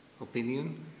opinion